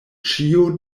ĉio